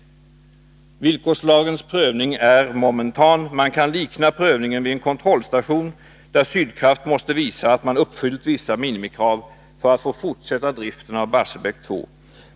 Villkorslagens prövning är momentan. Man kan likna prövningen vid en kontrollstation där Sydkraft måste visa att man uppfyllt vissa minimikrav för att få fortsätta driften av Barsebäck 2.